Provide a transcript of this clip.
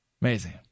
Amazing